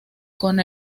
con